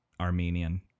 Armenian